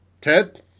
Ted